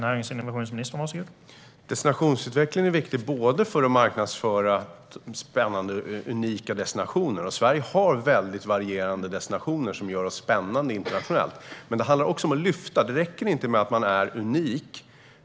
Herr talman! Destinationsutveckling är viktigt för att marknadsföra spännande och unika destinationer - Sverige har väldigt varierande destinationer som gör Sverige spännande internationellt. Men det handlar också om att lyfta. Det räcker inte med att man är unik.